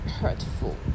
Hurtful